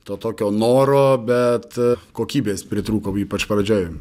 to tokio noro bet kokybės pritrūko ypač pradžioj